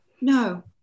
No